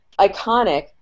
iconic